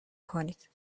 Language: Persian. کنید